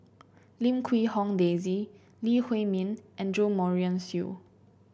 Lim Quee Hong Daisy Lee Huei Min and Jo Marion Seow